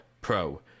Pro